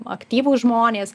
aktyvūs žmonės